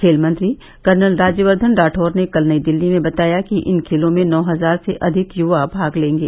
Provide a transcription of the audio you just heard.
खेल मंत्री कर्नल राज्यवर्द्धन राठौर ने कल नई दिल्ली में बताया कि इन खेलों में नौ हजार से अधिक युवा भाग लेंगे